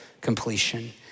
completion